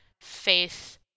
faith